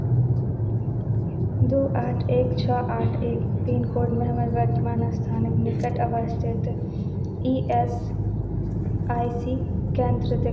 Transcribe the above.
दू आठ एक छओ आठ एक पिन कोडमे हमर वर्तमान स्थानक निकट अवस्थित ई एस आई सी केन्द्र देख